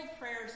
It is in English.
prayers